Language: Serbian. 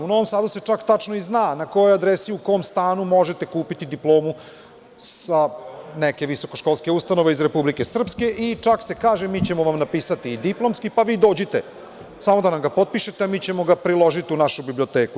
U Novom Sadu se čak tačno i zna na kojoj adresi u kom stanu možete kupiti diplomu sa neke visokoškolske ustanove iz Republike Srpske, i čak se i kaže – mi ćemo vam napisati i diplomski, pa vi dođite samo da nam ga potpišete, a mi ćemo ga priložiti u našu biblioteku.